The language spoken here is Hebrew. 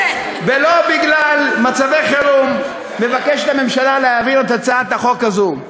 ולא בגלל מצבי חירום מבקשת הממשלה להעביר את הצעת החוק הזו,